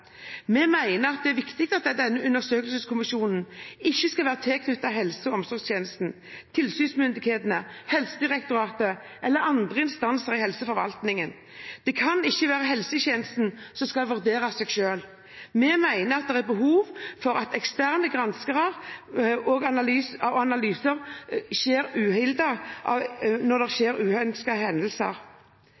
Vi mener det er viktig at denne undersøkelseskommisjonen ikke skal være tilknyttet helse- og omsorgstjenesten, tilsynsmyndighetene, Helsedirektoratet eller andre instanser i helseforvaltningen. Det kan ikke være helsetjenesten som skal vurdere seg selv. Vi mener det er behov for at eksterne granskere og analyser er uhildet når det skjer uønskede hendelser.